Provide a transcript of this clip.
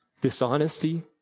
dishonesty